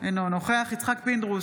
אינו נוכח יצחק פינדרוס,